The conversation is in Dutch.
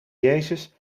jezus